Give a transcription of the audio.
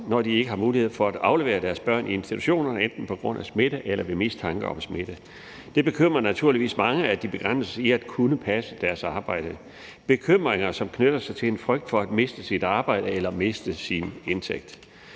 når de ikke har mulighed for at aflevere deres børn i institutionerne enten på grund af smitte eller mistanke om smitte. Det bekymrer naturligvis mange, at de begrænses i at kunne passe deres arbejde – bekymringer, som knytter sig til en frygt for at miste ens arbejde eller miste ens indtægt.